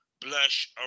Blush